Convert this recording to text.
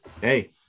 Hey